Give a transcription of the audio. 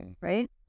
Right